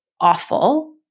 awful